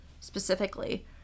specifically